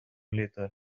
litter